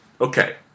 Okay